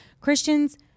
Christians